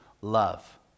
love